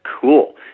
Cool